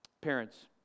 Parents